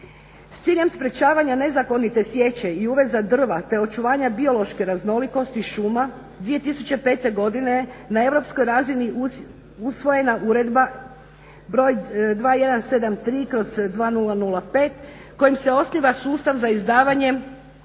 S ciljem sprječavanja nezakonite sječe i uveza drva, te očuvanja biološke raznolikosti šuma 2005. godine na europskoj razini usvojena uredba br. 2173/2005 kojim se osniva sustav za izdavanje